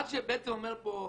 בעצם אומרים פה,